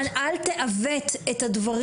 אל תעוות את הדברים.